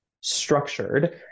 structured